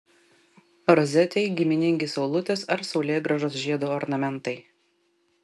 rozetei giminingi saulutės ar saulėgrąžos žiedo ornamentai